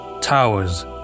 towers